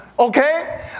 Okay